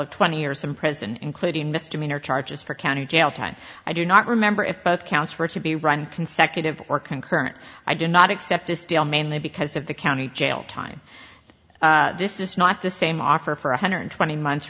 of twenty years in prison including misdemeanor charges for county jail time i do not remember if both counts were to be run consecutive or concurrent i do not accept this deal mainly because of the county jail time this is not the same offer for one hundred twenty months